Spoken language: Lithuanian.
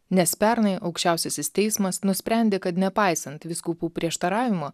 nes pernai aukščiausiasis teismas nusprendė kad nepaisant vyskupų prieštaravimo